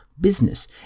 business